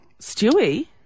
Stewie